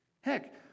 Heck